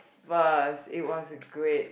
but it was a great